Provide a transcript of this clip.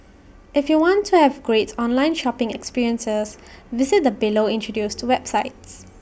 if you want to have great online shopping experiences visit the below introduced websites